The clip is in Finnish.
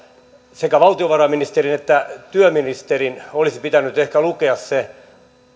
sekä valtiovarainministerin että työministerin olisi pitänyt ehkä lukea se